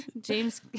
James